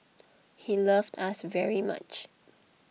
he loved us very much